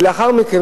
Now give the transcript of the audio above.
ולאחר מכן,